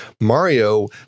Mario